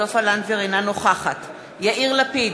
אינה נוכחת יאיר לפיד,